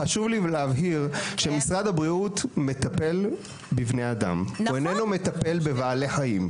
הכנסת שמשרד הבריאות מטפל בבני אדם ואיננו מטפל בבעלי החיים.